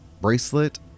bracelet